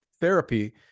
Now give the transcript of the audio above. therapy